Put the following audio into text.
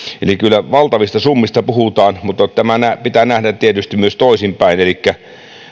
eli kyllä valtavista summista puhutaan mutta tämä pitää nähdä tietysti myös toisinpäin elikkä